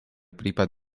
prípad